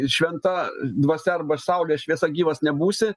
šventa dvasia arba saulės šviesa gyvas nebūsi